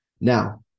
Now